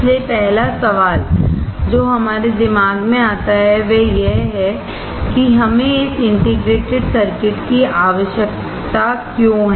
इसलिए पहला सवाल जो हमारे दिमाग में आता है वह यह है कि हमें इस इंटीग्रेटेड सर्किट की आवश्यकता क्यों है